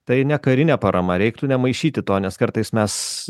tai ne karinė parama reiktų nemaišyti to nes kartais mes